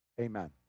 Amen